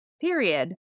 period